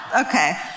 Okay